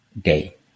day